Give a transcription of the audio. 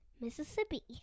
Mississippi